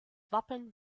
wappen